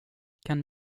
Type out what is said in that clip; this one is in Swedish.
kan